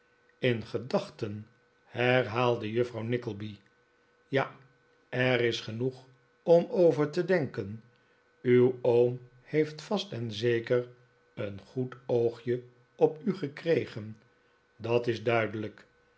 in gedachten herhaalde juffrouw nickleby ja er is genoeg om over te denken uw oom heeft vast en zeker een gped oogje op u gekregen dat is duidelijk